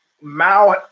Mao